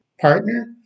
partner